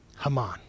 Haman